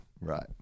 Right